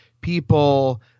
people –